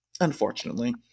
unfortunately